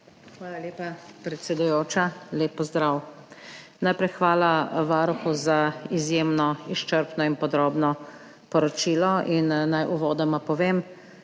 Hvala lepa, predsedujoča. Lep pozdrav! Najprej hvala varuhu za izjemno izčrpno in podrobno poročilo in naj uvodoma povem,